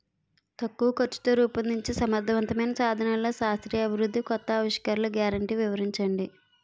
తక్కువ ఖర్చుతో రూపొందించే సమర్థవంతమైన సాధనాల్లో శాస్త్రీయ అభివృద్ధి కొత్త ఆవిష్కరణలు గ్యారంటీ వివరించండి?